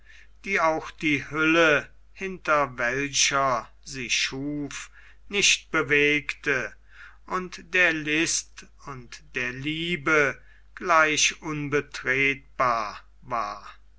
die auch die hülle hinter welcher sie schuf nicht bewegte und der list und der liebe gleich unbetretbar war